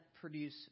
produce